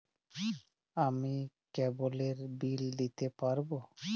আমি কেবলের বিল দিতে পারবো?